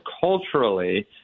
culturally